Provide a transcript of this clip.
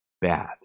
bad